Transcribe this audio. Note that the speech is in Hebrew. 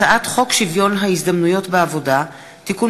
הצעת חוק שוויון ההזדמנויות בעבודה (תיקון